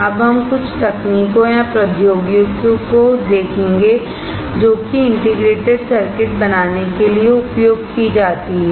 अब हम कुछ तकनीकों या प्रौद्योगिकियों को देखेंगे जो कि इंटीग्रेटेड सर्किट बनाने के लिए उपयोग की जाती हैं